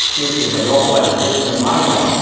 this is a rottweiler this is a malinois. um